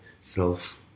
self